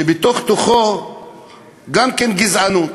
שגם בתוך תוכו גזענות,